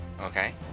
Okay